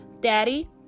Daddy